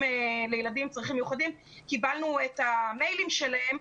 לילדים עם צרכים מיוחדים - את המיילים שלהם,